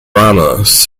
ramos